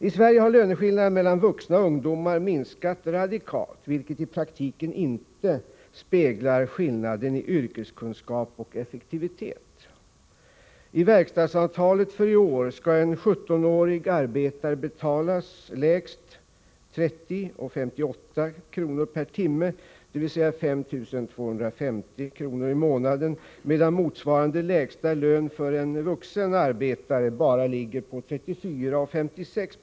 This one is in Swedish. I Sverige har löneskillnaderna mellan vuxna och ungdomar minskat politiken på medellång sikt radikalt, vilket i praktiken inte speglar skillnaden i yrkeskunskap och effektivitet. I verkstadsavtalet för i år skall en 17-årig arbetare betalas lägst 30:58 kr. per timme, dvs. 5 250 kr. i månaden, medan motsvarande lägsta lön för en vuxen arbetare ligger på bara 34:56 kr.